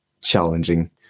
challenging